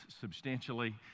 substantially